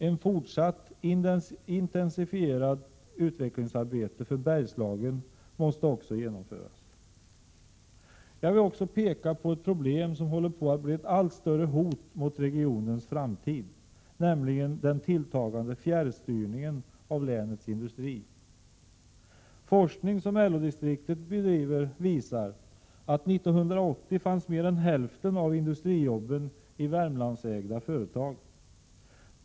Ett fortsatt intensifierat utvecklingsarbete för Bergslagen måste genomföras. Jag vill också peka på ett problem som håller på att bli ett allt större hot mot regionens framtid, nämligen den tilltagande fjärrstyrningen av länets industri. Forskning som LO-distriktet bedriver visar följande: —- 1980 fanns mer än hälften av industrijobben i Värmlandsägda företag.